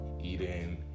eating